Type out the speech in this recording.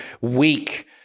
weak